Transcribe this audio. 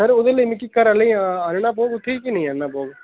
sir ओह्दे लेई मिगी घरेैआह्लें आह्नना पौग उत्थें की नीं आह्नना पौग